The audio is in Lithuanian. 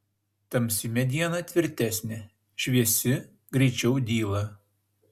tamsi mediena tvirtesnė šviesi greičiau dyla